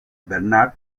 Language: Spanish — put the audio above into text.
bernard